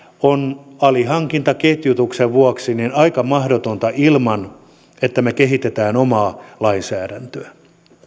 on alihankintaketjutuksen vuoksi aika mahdotonta ilman että me kehitämme omaa lainsäädäntöä